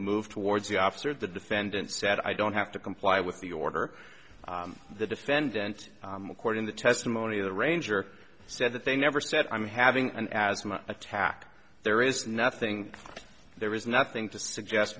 moved towards the officer the defendant said i don't have to comply with the order the defendant according to testimony the ranger said that they never said i'm having an asthma attack there is nothing there is nothing to suggest